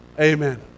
Amen